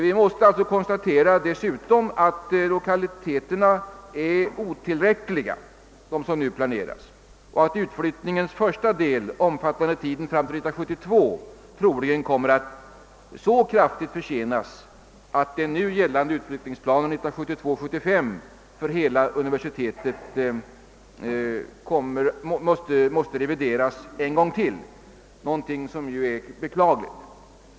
Vi måste dessutom konstatera att de lokaliteter som nu planeras är otillräckliga och att utflyttningens första del, omfattande tiden fram till år 1972, troligen kommer att så starkt försenas att den aktuella utflyttningsplanen för åren 1972— 1975 avseende hela universitetet måste revideras en gång till, vilket är beklagligt.